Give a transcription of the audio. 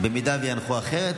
אמרתי, לוועדת החוקה.